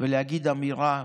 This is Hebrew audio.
ולהגיד אמירה,